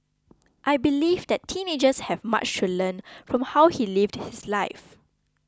I believe that teenagers have much to learn from how he lived his life